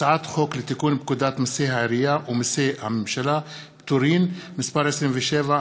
הצעת חוק לתיקון פקודת מסי העירייה ומסי הממשלה (פטורין) (מס' 27),